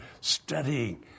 studying